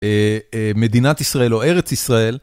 אה אה מדינת ישראל או ארץ ישראל.